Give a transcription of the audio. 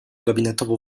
gabinetową